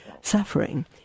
suffering